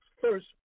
First